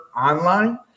online